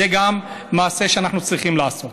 זה מעשה שאנחנו צריכים לעשות.